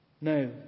No